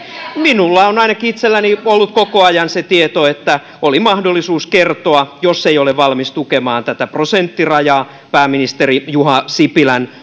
minulla on ainakin itselläni ollut koko ajan se tieto että oli mahdollisuus kertoa jos ei ole valmis tukemaan tätä prosenttirajaa pääministeri juha sipilän